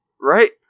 Right